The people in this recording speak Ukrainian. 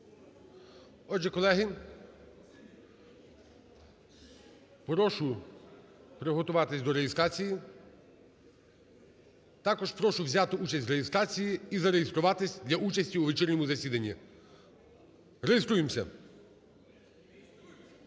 Отже, колеги, прошу приготуватися до реєстрації, також прошу взяти участь в реєстрації і зареєструватися для участі у вечірньому засіданні. Реєструємося.